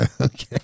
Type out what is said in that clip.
Okay